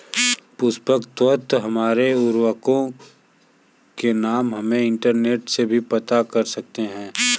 पोषक तत्व और उर्वरकों के नाम हम इंटरनेट से भी पता कर सकते हैं